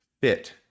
fit